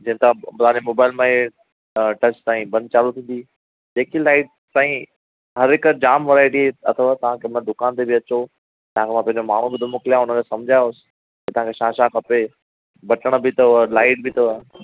जे तव्हां द्वारे मोबाइल मां हे टच सां ई बंदि चालू थींदी जेकी लाइट साईं हर हिकु जाम वराइटी जी अथव तव्हां कंहिंमहिल दुकान ते बि अचो तव्हां खे खपे त माण्हू बि थो मोकिलियांव हुनखे समुझायोसि कि तव्हां खे छा छा खपे बटण बि अथव लाइट बि अथव